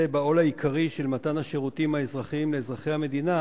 בעול העיקרי של מתן השירותים האזרחיים לאזרחי המדינה